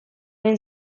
den